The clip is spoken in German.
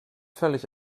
völlig